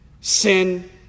sin